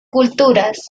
culturas